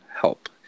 help